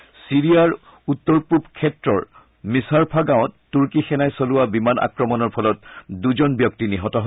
ইফালে ছিৰিয়াৰ উত্তৰ পূব ক্ষেত্ৰৰ মিছাৰফা গাঁৱত তুৰ্কী সেনাই চলোৱা বিমান আক্ৰমণৰ ফলত দুজন ব্যক্তি নিহত হয়